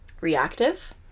reactive